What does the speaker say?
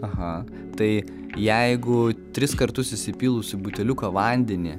aha tai jeigu tris kartus įsipylus į buteliuką vandenį